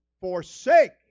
forsake